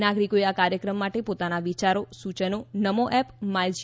નાગરિકો આ કાર્યક્રમ માટે પોતાના વિયારો સૂચનો નમો એપ માય જી